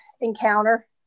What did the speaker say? encounter